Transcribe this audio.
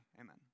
Amen